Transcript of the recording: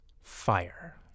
fire